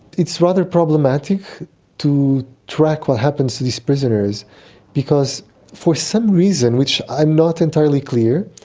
it's rather problematic to track what happens to these prisoners because for some reason, which i'm not entirely clear,